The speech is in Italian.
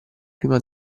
prima